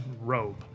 robe